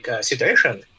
situation